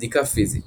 בדיקה פיזית